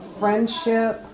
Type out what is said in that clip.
friendship